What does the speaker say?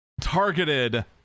targeted